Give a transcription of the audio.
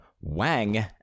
Wang